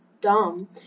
dumb